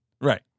Right